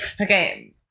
okay